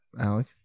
alec